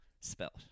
Spelt